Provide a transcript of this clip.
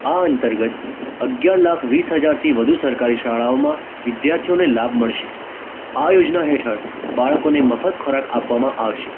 આ અંતર્ગત અગિયાર લાખ વીસ હજારથી વધુ સરકારી શાળાઓમાં વિદ્યાર્થીઓને લાભ મળશે આ યોજના હેઠળ બાળકોને મફત ખોરાક આપવામાં આવશે